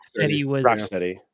Rocksteady